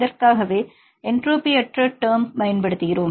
இதற்காகவே என்ட்ரோபி அற்ற டெர்ம் பயன்படுத்துகிறோம்